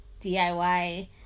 DIY